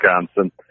Wisconsin